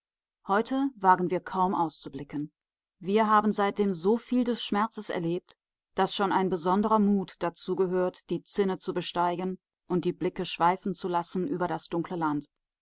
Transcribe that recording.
heute wagen wir kaum auszublicken wir haben seitdem soviel des schmerzes erlebt daß schon ein besonderer mut dazu gehört die zinne zu besteigen und die blicke schweifen zu lassen über das dunkle land